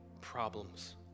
problems